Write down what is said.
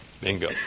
Bingo